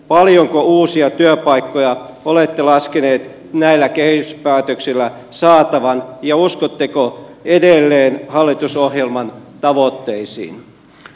paljonko uusia työpaikkoja olette laskenut näillä kehyspäätöksillä saatavan ja uskotteko edelleen hallitusohjelman tavoitteisiin